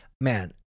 Man